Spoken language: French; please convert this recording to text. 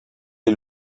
est